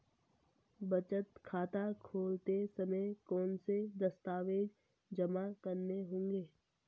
बचत खाता खोलते समय कौनसे दस्तावेज़ जमा करने होंगे?